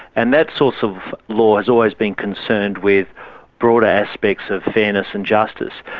and that source of law has always been concerned with broader aspects of fairness and justice.